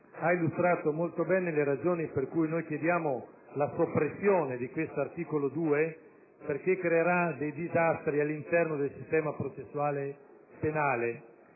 ha illustrato molto bene le ragioni per cui chiediamo la soppressione dell'articolo 2, destinato a creare dei disastri all'interno del sistema processuale penale.